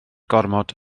gormod